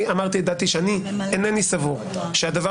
אני אמרתי את דעתי שאני אינני סבור שהדבר